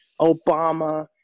Obama